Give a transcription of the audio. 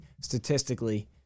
statistically